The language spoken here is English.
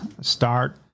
start